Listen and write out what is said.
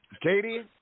katie